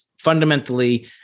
fundamentally